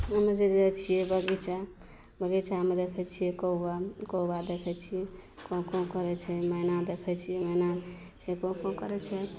हम जे जाइ छिए बगीचा बगीचामे देखै छिए कौआ तऽ कौआ देखै छिए काँउ काँउ करै छै मैना देखै छिए मैना जे छै काँउ काँउ करै छै